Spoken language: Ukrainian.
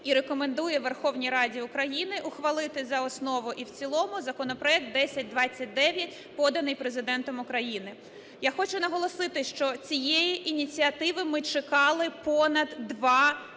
і рекомендує Верховній Раді України ухвалити за основу і в цілому законопроект 1029, поданий Президентом України. Я хочу наголосити, що цієї ініціативи ми чекали понад 2 роки.